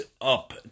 up